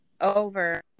over